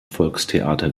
volkstheater